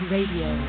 Radio